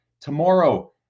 Tomorrow